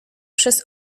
przez